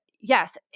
yes